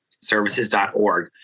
services.org